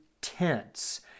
tense